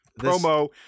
promo